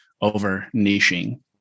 over-niching